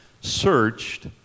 searched